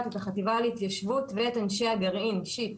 את החטיבה להתיישבות ואת אנשי הגרעין אישית